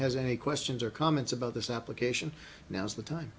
has any questions or comments about this application now's the time